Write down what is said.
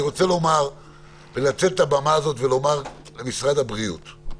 אני רוצה לנצל את הבמה הזו ולומר למשרד הבריאות: